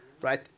right